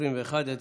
42) אושרו.